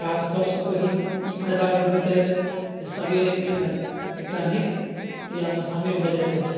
कारण सबसँ पहिल ई फाइदा एहिमे होइत अछि जे सवेरे उठनाइ एकटा नित्यक्रियामे शामिल भऽ जाइत अछि